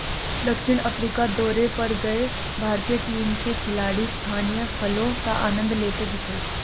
दक्षिण अफ्रीका दौरे पर गए भारतीय टीम के खिलाड़ी स्थानीय फलों का आनंद लेते दिखे